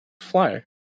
Flyer